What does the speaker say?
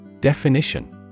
Definition